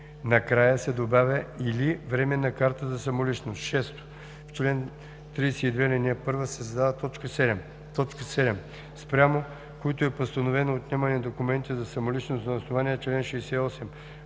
накрая се добавя „или временна карта за самоличност“. 6. В чл. 32, ал. 1 се създава т. 7: „7. спрямо които е постановено отнемане на документите за самоличност на основание чл. 68,